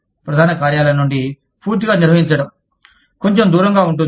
ప్రధాన కార్యాలయం నుండి పూర్తిగా నిర్వహించడం కొంచెం దూరంగా ఉంటుంది